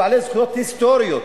הם בעלי זכויות היסטוריות.